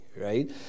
Right